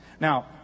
Now